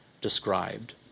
described